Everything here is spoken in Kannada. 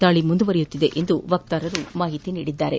ದಾಳಿ ಮುಂದುವರೆದಿದೆ ಎಂದು ವಕ್ತಾರರು ತಿಳಿಸಿದ್ದಾರೆ